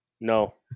No